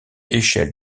échelle